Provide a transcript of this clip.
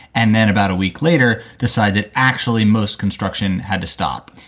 and then about a week later decided actually most construction had to stop.